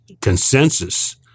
consensus